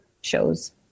shows